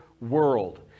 world